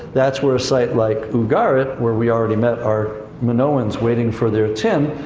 that's where a site like ugarit, where we already met our minoans waiting for their tin.